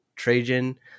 Trajan